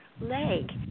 leg